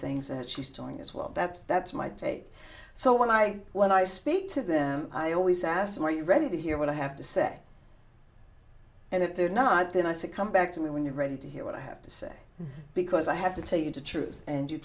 things that she's doing as well that's that's my take so when i when i speak to them i always ask them are you ready to hear what i have to say and if they're not then i succumb back to me when you're ready to hear what i have to say because i have to tell you the truth and you